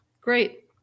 great